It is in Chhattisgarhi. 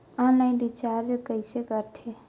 ऑनलाइन रिचार्ज कइसे करथे?